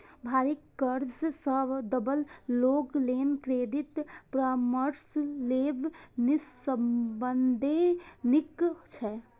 भारी कर्ज सं दबल लोक लेल क्रेडिट परामर्श लेब निस्संदेह नीक छै